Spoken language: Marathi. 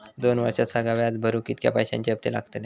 दोन वर्षात सगळा व्याज भरुक कितक्या पैश्यांचे हप्ते लागतले?